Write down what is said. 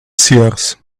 seers